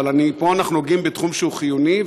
אבל פה אנחנו נוגעים בתחום שהוא חיוני,